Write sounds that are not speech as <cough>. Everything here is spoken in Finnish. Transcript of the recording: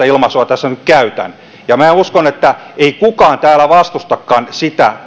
<unintelligible> ilmaisua tässä nyt käytän ja uskon että ei kukaan täällä vastustakaan sitä